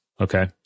Okay